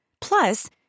Plus